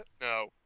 No